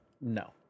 No